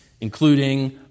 including